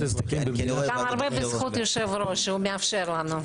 זה הרבה בזכות יושב הראש, שהוא מאפשר לנו.